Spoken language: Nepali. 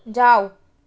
जाऊ